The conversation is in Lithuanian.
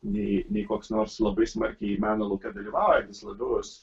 nei nei koks nors labai smarkiai meno lauke dalyvaujantis labiau esu